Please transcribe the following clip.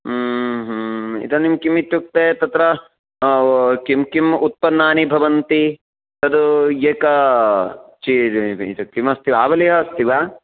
इदानीं किम् इत्युक्ते तत्र किं किम् उत्पन्नानि भवन्ति तत् एकं किमस्ति वा आवली अस्ति वा